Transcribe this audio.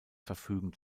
verfügen